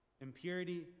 impurity